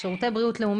שירותי בריאות.